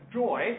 joy